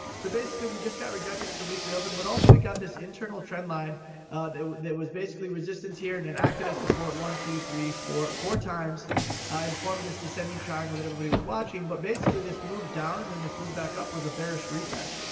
so basically we just got rejected at the weekly opening. but also we got this internal trend line that there was basically resistance here and an acted as support one, two, three, four, four times in of this descending triangle that everybody was watching. but basically, this moved down and then this move back up was a bearish retest.